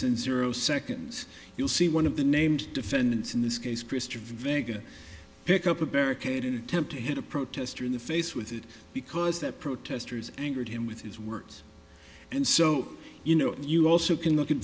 in zero seconds you'll see one of the named defendants in this case christer vega pick up a barricade and attempt to hit a protester in the face with it because that protesters angered him with his words and so you know you also can look at